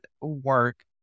work